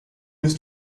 ist